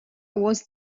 was